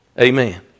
Amen